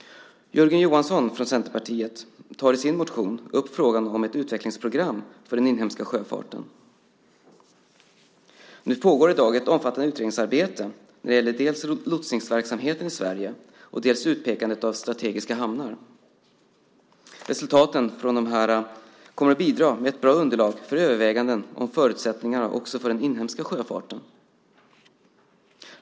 Jörgen Johansson från Centerpartiet tar i sin motion upp frågan om ett utvecklingsprogram för den inhemska sjöfarten. Det pågår i dag ett omfattande utredningsarbete när det gäller dels lotsningsverksamheten i Sverige, dels utpekande av strategiska hamnar. Resultaten från detta kommer att bidra med ett bra underlag för överväganden om förutsättningar också för den inhemska sjöfarten.